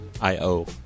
I-O